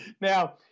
Now